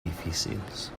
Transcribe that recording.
difícils